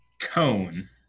cone